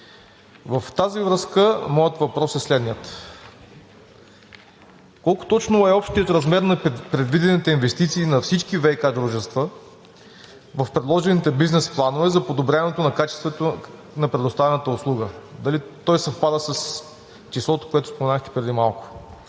В тази връзка моят въпрос е следният: колко точно е общият размер на предвидените инвестиции на всички ВиК дружества в предложените бизнес планове за подобряването на качеството на предоставената услуга? Дали той съвпада с числото, което споменахте преди малко?